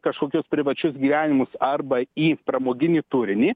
kažkokius privačius gyvenimus arba į pramoginį turinį